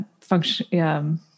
function